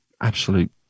absolute